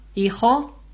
Hijo